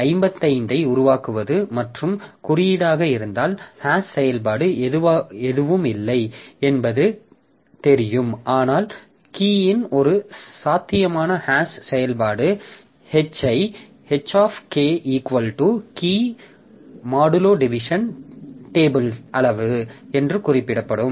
55 ஐ உருவாக்குவது மற்றும் குறியீடாக இருந்தால் ஹாஷ் செயல்பாடு எதுவும் இல்லை என்பது தெரியும் ஆனால் கீயின் ஒரு சாத்தியமான ஹாஷ் செயல்பாடு h ஐ h key டேபிள் அளவு என்று குறிப்பிடும்